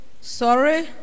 Sorry